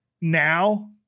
now